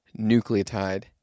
nucleotide